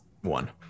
one